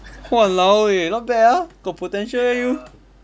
!walao! eh not bad ah got potential eh you